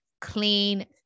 clean